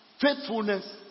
faithfulness